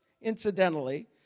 incidentally